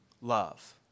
love